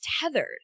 tethered